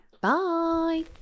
Bye